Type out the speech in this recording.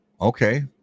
Okay